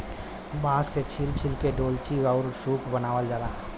बांस के छील छील के डोल्ची आउर सूप बनावल जाला